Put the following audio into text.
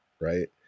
right